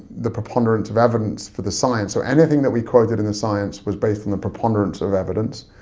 the preponderance of evidence for the science, or anything that we quoted in the science was based on the preponderance of evidence,